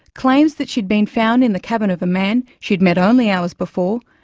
claims that she'd been found in the cabin of a man she'd met only hours before,